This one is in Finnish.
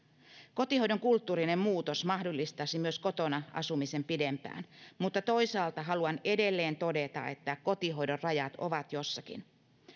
kotihoidon kulttuurinen muutos mahdollistaisi myös kotona asumisen pidempään mutta toisaalta haluan edelleen todeta että kotihoidon rajat ovat jossakin